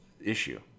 issue